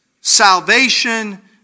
salvation